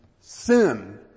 sin